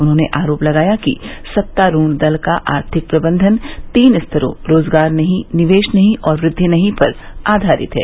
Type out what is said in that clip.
उन्होंने आरोप लगाया कि सत्तारूढ़ दल का आर्थिक प्रबंधन तीन स्तरों रोजगार नहीं निवेश नहीं और यृद्धि नहीं पर आधारित है